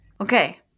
Okay